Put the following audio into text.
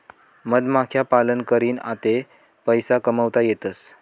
मधमाख्या पालन करीन आते पैसा कमावता येतसं